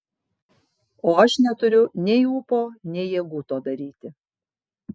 o aš neturiu nei ūpo nei jėgų to daryti